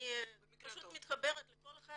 במקרה שמתחברים לכל אחד